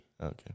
Okay